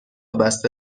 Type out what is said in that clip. بسته